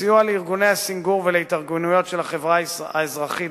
סיוע לארגוני הסנגור ולהתארגנויות של החברה האזרחית